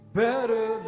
better